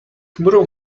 tomorrow